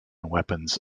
weapons